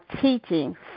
teaching